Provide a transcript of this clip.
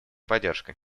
поддержкой